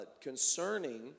concerning